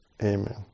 Amen